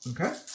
Okay